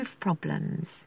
problems